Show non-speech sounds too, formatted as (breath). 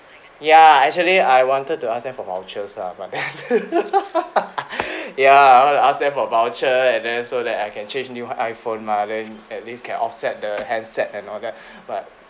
ya actually I wanted to ask them for vouchers lah but then (laughs) ya I want to ask them for voucher and then so that I can change new I_phone mah then at least can offset the handset and all that (breath) but